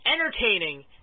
entertaining